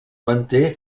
manté